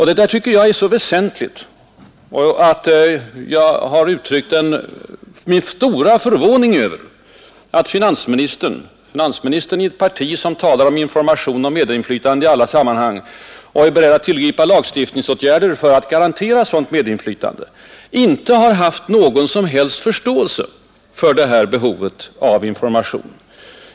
Det tycker jag är så väsentligt att jag har uttryckt min stora förvåning över att finansministern, företrädaren för ett parti som talar om information och medinflytande i olika sammanhang och som är beredd att tillgripa lagstiftningsåtgärder för att garantera ett sådant medinflytande, inte har visat någon som helst förståelse för behovet av information i detta speciella fall.